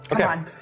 Okay